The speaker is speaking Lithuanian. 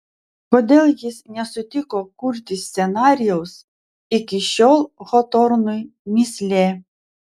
kodėl jis nesutiko kurti scenarijaus iki šiol hotornui mįslė